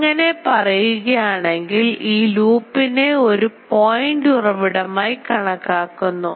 അങ്ങനെ പറയുകയാണെങ്കിൽ ഈ ലൂപ്പിന്നെ ഒരു പോയിൻറ് ഉറവിടമായി കണക്കാക്കുന്നു